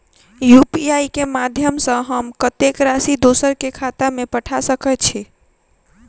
UPI केँ माध्यम सँ हम कत्तेक राशि दोसर केँ खाता मे पठा सकैत छी?